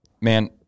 Man